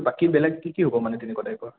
বাকী বেলেগ কি কি হ'ব মানে তেনেকুৱা টাইপৰ